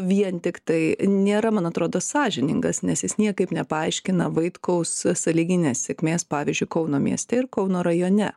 vien tiktai nėra man atrodo sąžiningas nes jis niekaip nepaaiškina vaitkaus sąlyginės sėkmės pavyzdžiui kauno mieste ir kauno rajone